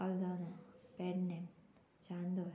Aldona Pernem Chandor